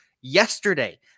yesterday